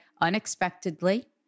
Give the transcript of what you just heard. unexpectedly